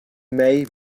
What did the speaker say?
may